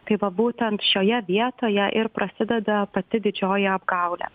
tai va būtent šioje vietoje ir prasideda pati didžioji apgaulė